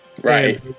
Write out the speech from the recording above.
Right